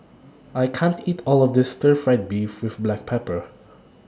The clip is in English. I can't eat All of This Stir Fried Beef with Black Pepper